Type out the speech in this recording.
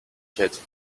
kettle